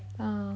ah